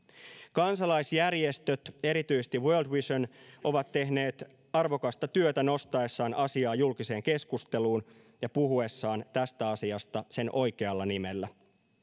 kansalaisjärjestöt erityisesti world vision ovat tehneet arvokasta työtä nostaessaan asiaa julkiseen keskusteluun ja puhuessaan tästä asiasta sen oikealla nimellä